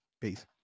Peace